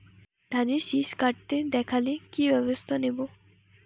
ধানের শিষ কাটতে দেখালে কি ব্যবস্থা নেব?